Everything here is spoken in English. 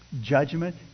Judgment